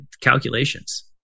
calculations